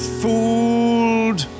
fooled